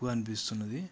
తప్పుగా అనిపిస్తున్నది